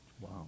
Wow